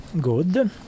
good